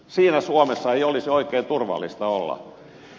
siinä suomessa ei olisi oikein turvallista olla